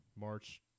March